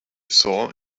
saw